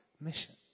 mission